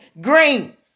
Green